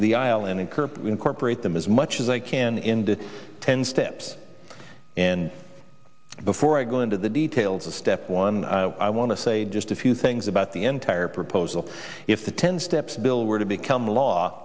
of the aisle and encourage incorporate them as much as i can in the ten steps and before i go into the details of step one i want to say just a few things about the entire proposal if the ten steps bill were to become law